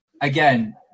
again